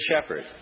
shepherd